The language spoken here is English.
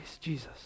Jesus